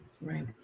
Right